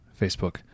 Facebook